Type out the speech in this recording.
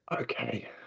Okay